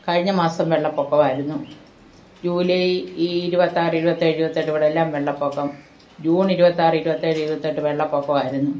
കഴിഞ്ഞ മാസം വെള്ളപൊക്കമോ ആയിരുന്നു ജൂലൈ ഈ ഇരുപത്താറ് ഇരുപത്തേഴ് ഇരുപത്തെട്ട് ഇവിടെയെല്ലാം വെള്ളപൊക്കം ജൂൺ ഇരുപത്താറ് ഇരുപത്തേഴ് ഇരുപത്തെട്ട് വെള്ള പൊക്കം ആയിരുന്നു